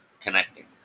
connecting